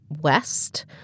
west